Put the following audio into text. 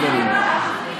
שומעים.